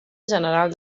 general